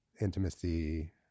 intimacy